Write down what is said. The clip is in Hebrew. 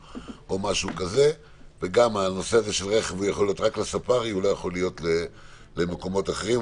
וגם שהנושא הזה של רכב יכול להתקיים רק בספארי ולא במקומות אחרים.